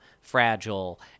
fragile